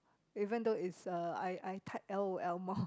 even though it's a I I type l_o_l more